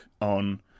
on